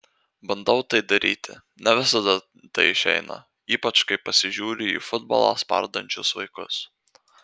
bandau tai daryti ne visada tai išeina ypač kai pasižiūriu į futbolą spardančius vaikus